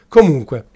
Comunque